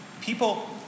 People